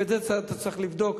ואת זה אתה צריך לבדוק,